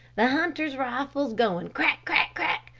the hunters' rifles going crack, crack, crack,